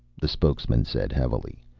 the spokesman said heavily.